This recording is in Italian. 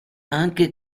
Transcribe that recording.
anche